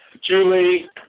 Julie